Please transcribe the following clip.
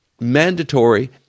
mandatory